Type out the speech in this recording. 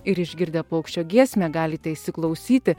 ir išgirdę paukščio giesmę galite įsiklausyti